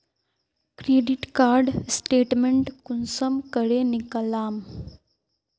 Credit card statement कुंसम करे निकलाम?